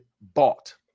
bought